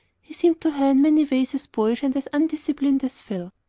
he seemed to her in many ways as boyish and as undisciplined as phil.